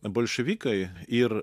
bolševikai ir